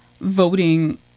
voting